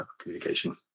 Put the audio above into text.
communication